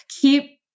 keep